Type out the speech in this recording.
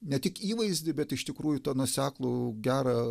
ne tik įvaizdį bet iš tikrųjų tą nuoseklų gerą